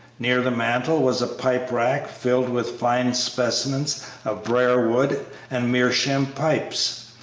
near the mantel was a pipe-rack filled with fine specimens of briar-wood and meerschaum pipes.